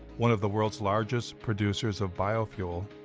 one of the world's largest producers of biofuel,